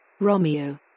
Romeo